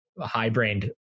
high-brained